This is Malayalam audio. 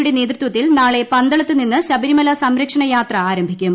യുടെ നേതൃത്വത്തിൽ നാളെ പന്തളത്തു നിന്ന് ശബരിമല സംരക്ഷണ യാത്ര ആരംഭിക്കും